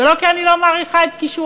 ולא כי אני לא מעריכה את כישוריו.